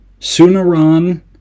Sunaran